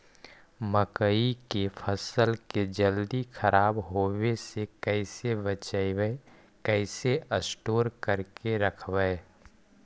मकइ के फ़सल के जल्दी खराब होबे से कैसे बचइबै कैसे स्टोर करके रखबै?